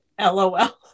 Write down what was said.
LOL